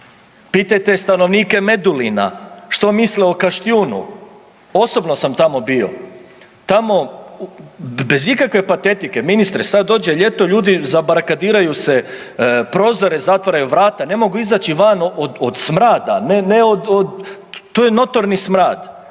Pitajte stanovnike Medulina što misle o Kaštijunu. Osobno sam tamo bio, tamo bez ikakve patetike, ministre, sad dođe ljeto, ljudi zabarikadiraju se, prozore zatvaraju, vrata, ne mogu izaći van od smrada, ne od, to je notorni smrad